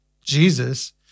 Jesus